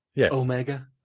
omega